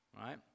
right